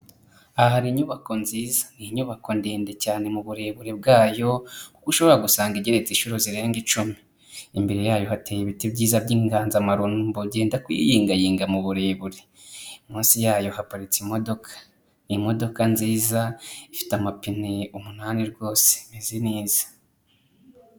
Aha ni inyubako nziza, ni inyubako ndende cyane mu buburebure bwayo kuko ushobora gusanga igeretse inshuro zirenga icumi, imbere yayo hateye ibiti byiza by'inganzamarumbo byenda kuyiyingayinga mu burebure, munsi yayo haparitse imodoka nziza ifite amapine umunani, rwose imeze neza.